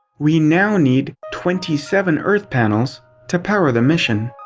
we now need twenty seven earth panels to power the mission.